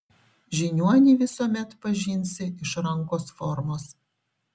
žiniuonį visuomet pažinsi iš rankos formos